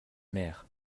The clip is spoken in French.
mer